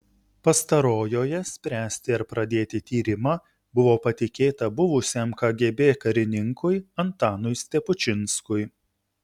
pastarojoje spręsti ar pradėti tyrimą buvo patikėta buvusiam kgb karininkui antanui stepučinskui